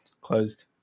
closed